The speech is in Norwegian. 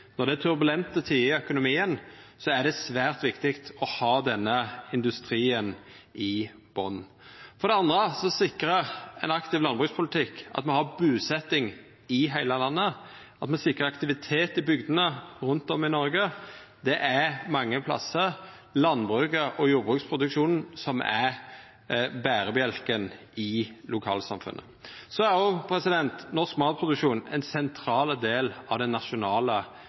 Når det er turbulente tider i økonomien, er det svært viktig å ha denne industrien i botnen. For det andre sikrar ein aktiv landbrukspolitikk at me har busetjing i heile landet, at det er aktivitet i bygdene rundt om i Noreg. Mange plassar er det landbruket og jordbruksproduksjonen som er berebjelken i lokalsamfunnet. Så er også norsk matproduksjon ein sentral del av den nasjonale